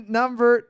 number